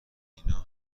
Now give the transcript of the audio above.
اینا